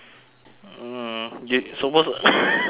mm you supposed to